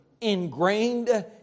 ingrained